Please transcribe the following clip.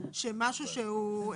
משהו מבוסס.